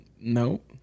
Nope